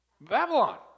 Babylon